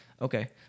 Okay